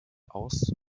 aus